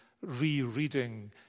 re-reading